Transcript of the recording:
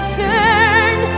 turn